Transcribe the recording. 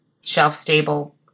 shelf-stable